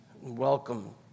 welcome